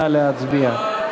נא להצביע.